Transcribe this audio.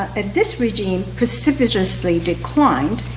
and this regime precipitously declined.